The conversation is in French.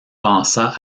pensa